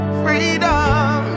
freedom